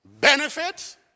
Benefits